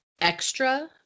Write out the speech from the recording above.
extra